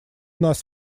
нас